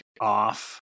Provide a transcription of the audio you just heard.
off